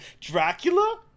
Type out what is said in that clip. dracula